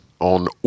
on